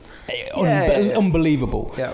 unbelievable